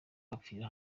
bapfira